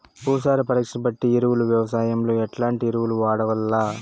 భూసార పరీక్ష బట్టి ఎరువులు వ్యవసాయంలో ఎట్లాంటి ఎరువులు వాడల్ల?